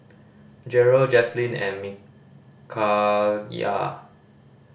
Jerel Jaslyn and